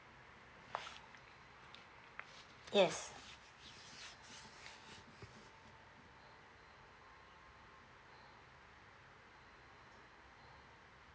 yes